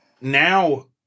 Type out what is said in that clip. now